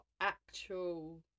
actual